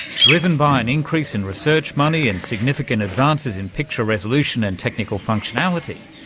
driven by an increase in research money and significant advances in picture resolution and technical functionality,